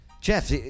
jeff